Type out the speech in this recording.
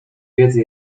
wiedzy